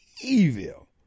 evil